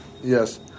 Yes